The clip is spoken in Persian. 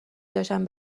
داشتن